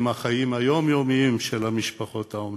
החיים היומיומיים של משפחות האומנה.